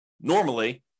normally